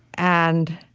and